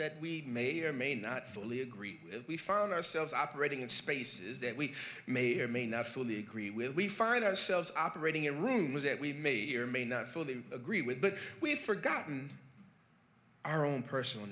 that we may or may not fully agree we found ourselves operating in spaces that we may or may not fully agree with we find ourselves operating in rooms that we may or may not fully agree with but we've forgotten our own personal